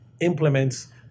implements